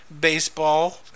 baseball